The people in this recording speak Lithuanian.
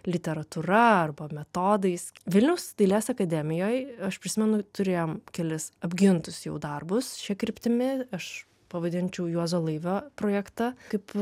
literatūra arba metodais vilniaus dailės akademijoj aš prisimenu turėjom kelis apgintus jau darbus šia kryptimi aš pavadinčiau juozo laivio projektą kaip